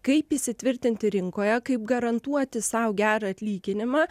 kaip įsitvirtinti rinkoje kaip garantuoti sau gerą atlyginimą